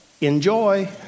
Enjoy